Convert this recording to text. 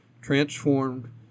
transformed